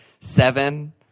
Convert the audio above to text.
seven